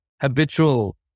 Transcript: habitual